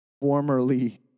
formerly